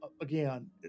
again